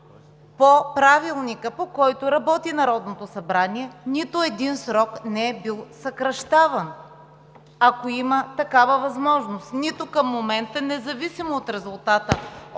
По Правилника, по който работи Народното събрание, нито един срок не е бил съкращаван. Ако има такава възможност към момента, независимо от резултата